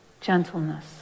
gentleness